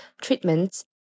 treatments